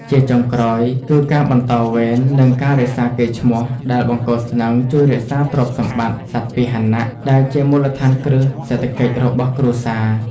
ជាចុងក្រោយគឺ ការបន្តវេន និងការរក្សាកេរ្តិ៍ឈ្មោះ ដែលបង្គោលស្នឹងជួយរក្សាទ្រព្យសម្បត្តិ (សត្វពាហនៈ) ដែលជាមូលដ្ឋានគ្រឹះសេដ្ឋកិច្ចរបស់គ្រួសារ។